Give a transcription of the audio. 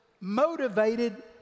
motivated